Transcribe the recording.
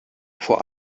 vor